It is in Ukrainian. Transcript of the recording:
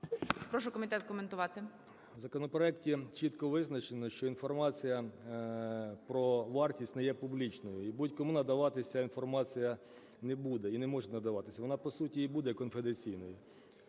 У законопроекті чітко визначено, що інформація про вартість не є публічною. І будь-кому надаватись ця інформація не буде і не може надаватись, вона по суті і буде конфіденційною.